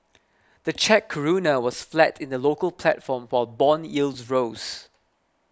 the Czech Koruna was flat in the local platform while bond yields rose